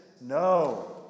no